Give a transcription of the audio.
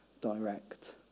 direct